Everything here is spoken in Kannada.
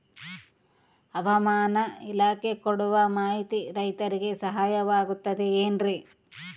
ಹವಮಾನ ಇಲಾಖೆ ಕೊಡುವ ಮಾಹಿತಿ ರೈತರಿಗೆ ಸಹಾಯವಾಗುತ್ತದೆ ಏನ್ರಿ?